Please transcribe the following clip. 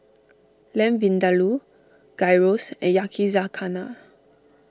Lamb Vindaloo Gyros and Yakizakana